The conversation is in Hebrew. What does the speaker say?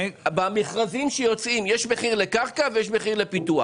במכרזים שיוצאים יש מחיר לקרקע ויש מחיר לפיתוח.